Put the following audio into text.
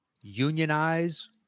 Unionize